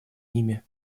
ими